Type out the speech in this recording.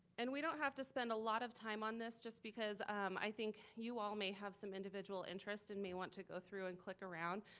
and we don't have to spend a lot of time on this just because i think you all may have some individual interest and may want to go through and click around.